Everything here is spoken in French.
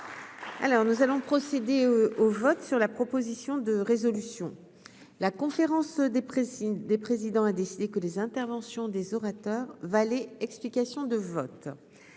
Alors, nous allons procéder au vote sur la proposition de résolution la conférence déprécie des présidents a décidé que les interventions des orateurs, explications de vote,